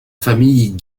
famille